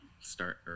start